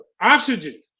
Oxygen